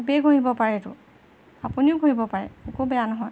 চবেই ঘঁহিব পাৰে এইটো আপুনিও ঘঁহিব পাৰে একো বেয়া নহয়